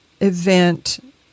event